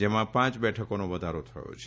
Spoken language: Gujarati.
જેમાં પાંચ બેઠકોનો વધારો થયો છે